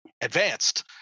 advanced